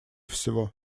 всего